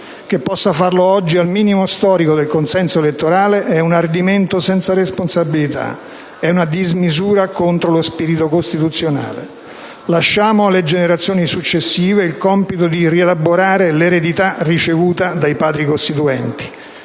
che possa farlo oggi al minimo storico del consenso elettorale è un ardimento senza responsabilità, è una dismisura contro lo spirito costituzionale. Lasciamo alle generazioni successive il compito di rielaborare l'eredità ricevuta dai Padri costituenti.